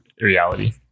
reality